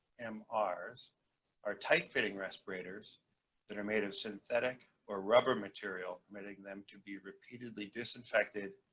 um are are tight fitting respirators that are made of synthetic or rubber material permitting them to be repeatedly disinfected,